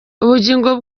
ubugingo